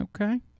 Okay